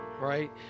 Right